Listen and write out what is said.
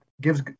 gives